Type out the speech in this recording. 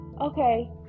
Okay